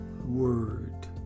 word